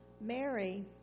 Mary